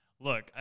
Look